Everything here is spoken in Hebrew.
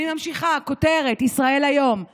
אני ממשיכה בכותרת מישראל היום מהיום: